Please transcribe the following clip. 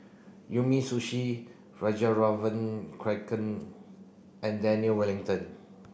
Umisushi Fjallraven Kanken and Daniel Wellington